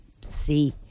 see